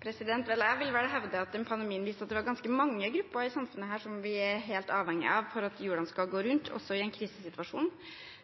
Vel, jeg vil vel hevde at pandemien viste at det var ganske mange grupper i samfunnet som vi er helt avhengig av for at hjulene skal gå rundt også i en krisesituasjon.